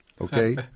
Okay